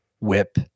whip